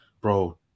bro